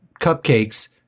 cupcakes